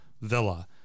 Villa